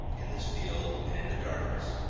in this field and in the darkness,